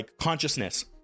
consciousness